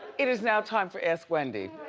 it is now time for ask wendy.